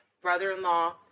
brother-in-law